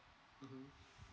mmhmm